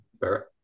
Barrett